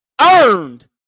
earned